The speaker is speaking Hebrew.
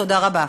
תודה רבה.